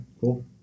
cool